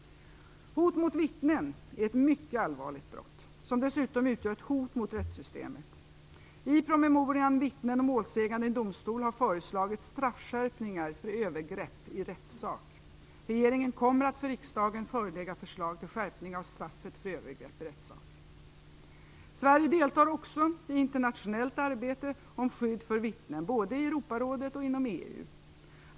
Hot mot vittnen är ett mycket allvarligt brott som dessutom utgör ett hot mot rättssystemet. I promemorian Vittnen och målsägande i domstol har det föreslagits straffskräpningar för övergrepp i rättssak. Regeringen kommer att för riksdagen förelägga förslag till skärpningar av straffet för övergrepp i rättssak. Sverige deltar också i internationellt arbete om skydd för vittnen, både i Europarådet och inom EU.